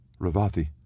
Ravathi